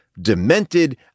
demented